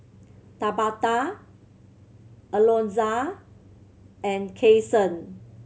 Tabatha Alonza and Cason